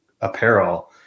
apparel